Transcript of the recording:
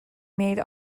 made